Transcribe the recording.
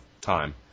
time